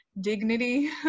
dignity